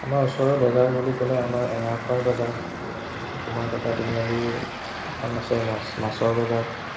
আমাৰ ওচৰৰ বজাৰ বুলি ক'লে আমাৰ এঙাৰখোৱাৰ বজাৰ কুমাৰকটা তিনিআলি এখন আছে মাছ মাছৰ বজাৰ